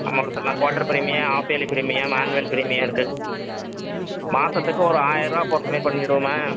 அமௌண்ட்டத்தை எல்லாம் quarter premium half yearly premium annual premium இருக்கு மாதத்துக்கு ஒரு ஆயிரரூவா போட்றமாரி பண்ணிவிடுவோமா